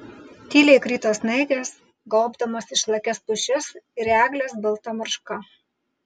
tyliai krito snaigės gaubdamos išlakias pušis ir egles balta marška